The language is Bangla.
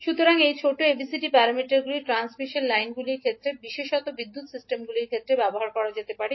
সুতরাং এই ছোট ABCD প্যারামিটারগুলি ট্রান্সমিশন লাইনগুলির ক্ষেত্রেও বিশেষত বিদ্যুৎ সিস্টেমগুলির ক্ষেত্রে ব্যবহার করা যেতে পারে